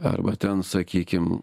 arba ten sakykim